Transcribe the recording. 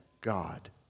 God